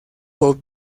bob